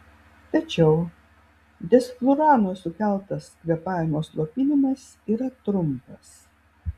tačiau desflurano sukeltas kvėpavimo slopinimas yra trumpas